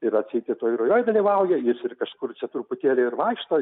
ir atseit ir toj rujoj dalyvauja jis ir kažkur čia truputėlį ir vaikšto